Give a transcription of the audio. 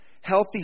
Healthy